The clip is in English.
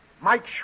Mike